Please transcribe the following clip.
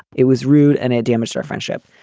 it was rude and it damaged our friendship.